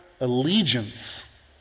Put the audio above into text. allegiance